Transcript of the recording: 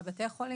לבתי החולים,